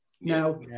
Now